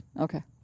Okay